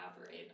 operate